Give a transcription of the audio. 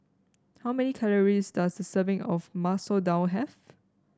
how many calories does a serving of Masoor Dal have